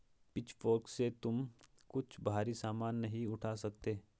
pitchfork से तुम कुछ भारी सामान नहीं उठा सकती